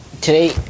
Today